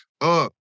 up